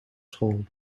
school